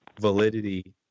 validity